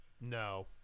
no